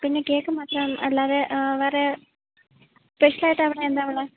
പിന്നെ കേക്ക് മാത്രം അല്ലാതെ വേറെ സ്പെഷ്യലായിട്ട് അവിടെ എന്താണുള്ളത്